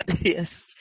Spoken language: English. Yes